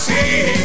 See